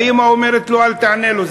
האימא אומרת לו: אל תענה לו,